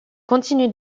continue